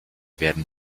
werden